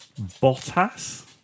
Bottas